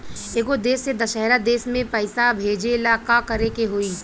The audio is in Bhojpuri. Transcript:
एगो देश से दशहरा देश मे पैसा भेजे ला का करेके होई?